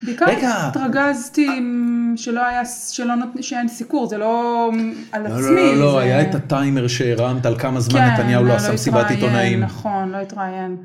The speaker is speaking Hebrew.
בעיקר התרגזתי, שלא היה, שאין סיקור, זה לא על עצמי. לא, לא, לא, לא, היה את הטיימר שהרמת על כמה זמן נתניהו לא עשה מסיבת עיתונאים. כן, לא התראיין, נכון, לא התראיין.